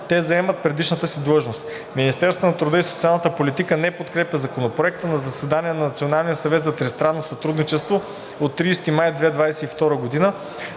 те заемат предишната си длъжност. Министерството на труда и социалната политика не подкрепя Законопроекта. На заседание на Националния съвет за тристранно сътрудничество от 30 май 2022 г.